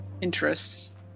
interests